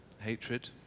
hatred